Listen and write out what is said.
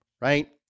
right